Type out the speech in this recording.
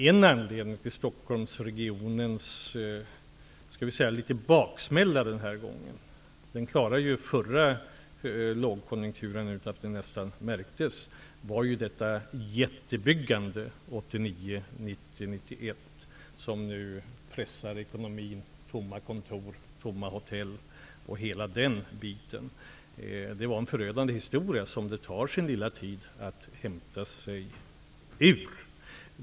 En anledning till att Stockholmsregionen den här gången upplever något av en baksmälla, förra lågkonjunkturen märktes ju nästan inte i den här regionen, är det omfattande byggandet 1989, 1990 och 1991 som nu pressar ekonomin med tomma kontor, tomma hotell osv. -- en förödande historia som det tar sin tid att hämta sig från.